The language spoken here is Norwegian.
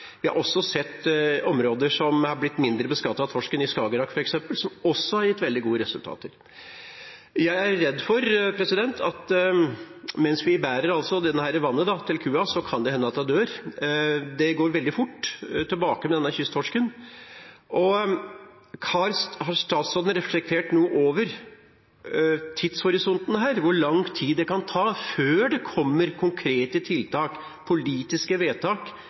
Vi har også sett områder der torsken er blitt mindre beskattet, Skagerrak f.eks., som har gitt veldig gode resultater. Jeg er redd for at mens vi bærer vannet til kua, kan det hende at den dør. Det går veldig fort tilbake med denne kysttorsken. Har statsråden reflektert over tidshorisonten her, hvor lang tid det kan ta før det kommer konkrete tiltak, politiske vedtak,